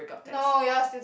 no y'all are still